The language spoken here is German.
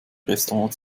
restaurant